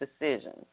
decisions